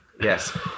Yes